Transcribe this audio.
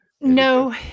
No